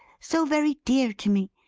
so very dear to me,